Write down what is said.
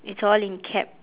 it's all in cap